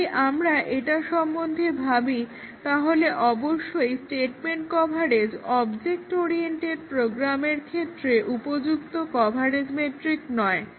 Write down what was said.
যদি আমরা এটা সমন্ধে ভাবি তাহলে অবশ্যই স্টেটমেন্ট কভারেজ অবজেক্ট ওরিয়েন্টেড প্রোগ্রামের ক্ষেত্রে উপযুক্ত কভারেজ মেট্রিক নয়